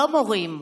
לא מורים,